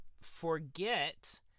forget